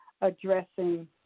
addressing